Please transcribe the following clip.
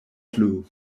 flu